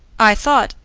i thought,